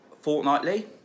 fortnightly